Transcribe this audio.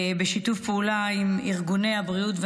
בשיתוף פעולה עם ארגוני הבריאות והנפש.